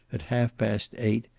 at half past eight,